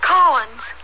Collins